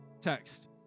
text